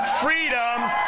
Freedom